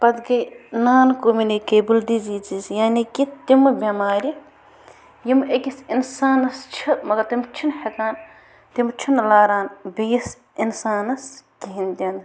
پَتہٕ گٔے non communicable diseases یعنی کہِ تِمہٕ بٮ۪مارِ یِم أکِس اِنسانَس چھِ مگر تِم چھِنہٕ ہٮ۪کان تِمہٕ چھِنہٕ لاران بیٚیِس اِنسانَس کِہیٖنۍ تہِ نہٕ